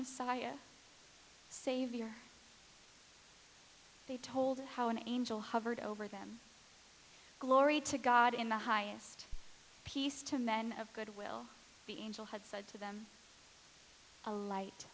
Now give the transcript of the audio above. messiah savior they told how an angel hovered over them glory to god in the highest peace to men of good will be angel had said to them a light